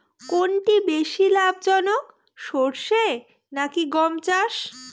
কোনটি বেশি লাভজনক সরষে নাকি গম চাষ?